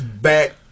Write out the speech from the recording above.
Back